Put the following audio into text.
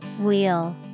Wheel